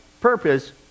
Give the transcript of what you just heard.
purpose